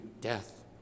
death